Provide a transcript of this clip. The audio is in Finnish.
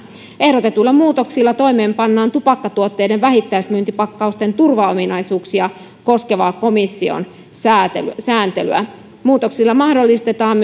ehdotetuilla muutoksilla toimeenpannaan tupakkatuotteiden vähittäismyyntipakkausten turvaominaisuuksia koskevaa komission sääntelyä sääntelyä muutoksilla mahdollistetaan